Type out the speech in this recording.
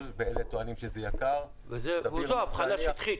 ואלה טוענים שזה יקר --- וזו אבחנה שטחית,